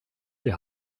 die